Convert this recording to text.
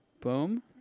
boom